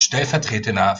stellvertretender